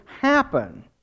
happen